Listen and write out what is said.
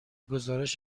گزارش